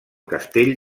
castell